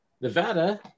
Nevada